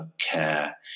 care